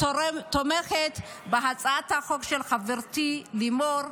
לכן אני תומכת בהצעת החוק של חברתי לימור,